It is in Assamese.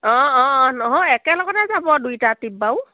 অঁ অঁ নহয় একেলগতে যাব দুইটা টিপ বাৰু